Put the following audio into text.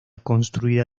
construida